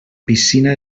piscina